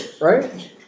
Right